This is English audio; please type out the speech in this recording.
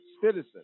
citizen